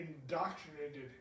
indoctrinated